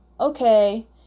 okay